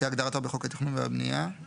כהגדרתו בחוק התכנון והבנייה";